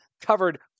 covered